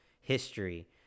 history